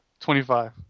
25